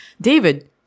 David